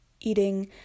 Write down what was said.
eating